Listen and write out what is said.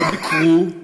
לא ביקרו.